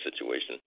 situation